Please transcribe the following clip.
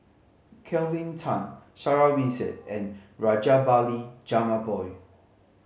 Kelvin Tan Sarah Winstedt and Rajabali Jumabhoy